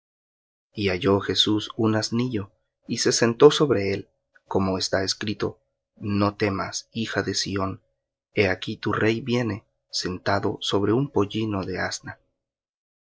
y halló jesús un asnillo y se sentó sobre él como está escrito no temas hija de sión he aquí tu rey viene sentado sobre un pollino de asna